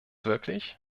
wirklich